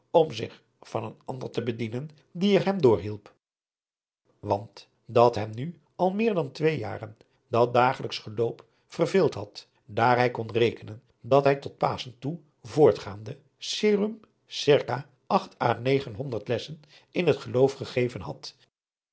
om zich van een ander te bedienen die er hem door hielp want dat hem nu al meer dan twee jaren dat dagelijksch geloop verveeld had daar hij kon rekenen dat hij tot paschen toe voortgaande cirum circa acht à negenhonderd lessen in het geloof gegeven had